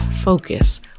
Focus